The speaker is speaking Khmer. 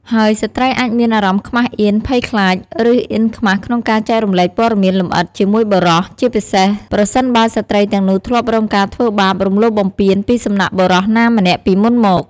ហើយស្ត្រីអាចមានអារម្មណ៍ខ្មាសអៀន ភ័យខ្លាច ឬអៀនខ្មាស់ក្នុងការចែករំលែកព័ត៌មានលម្អិតជាមួយបុរស ជាពិសេសប្រសិនបើស្ត្រីទាំងនោះធ្លាប់រងការធ្វើបាប អំលោភបំពានពីសំណាក់បុរសណាម្នាក់ពីមុនមក។